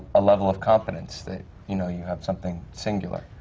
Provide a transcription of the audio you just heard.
a level of confidence that, you know, you have something singular.